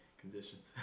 conditions